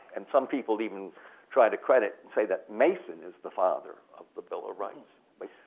and some people even try to credit and say that mason is the father of the bill of rights. like